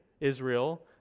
Israel